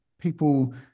people